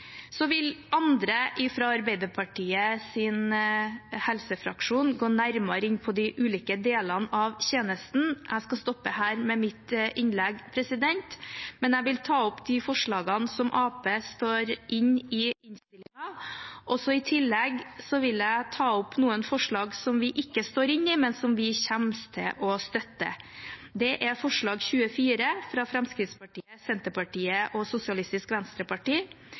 Så vil andre fra Arbeiderpartiets helsefraksjon gå nærmere inn på de ulike delene av tjenesten. Jeg skal stoppe her med mitt innlegg, men jeg vil ta opp de forslagene som Arbeiderpartiet står inne i i innstillingen. I tillegg vil jeg nevne noen forslag som vi ikke står inne i, men som vi kommer til å støtte. Det er forslag nr. 24, fra Fremskrittspartiet, Senterpartiet og Sosialistisk Venstreparti,